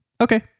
Okay